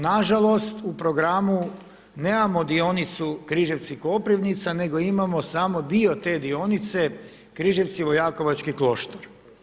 Na žalost u programu nemamo dionicu Križevci – Koprivnica, nego imamo samo dio te dionice Križevci – Vojakovački Kloštar.